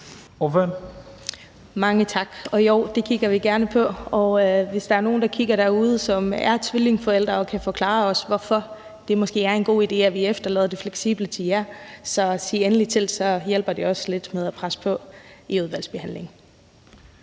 Mange tak. Og jo, det kigger vi gerne på. Hvis der er nogen derude, der kigger på det her, som er tvillingeforældre og kan forklare os, hvorfor det måske er en god idé, at vi overlader det fleksible til jer, så sig endelig til, for så hjælper det os lidt med at presse på i udvalgsbehandlingen.